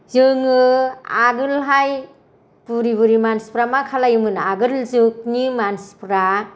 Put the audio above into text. जोङो आगोलहाय बुरि बुरि मानसिफ्रा मा खालायोमोन आगोल जुगनि मानसिफोरा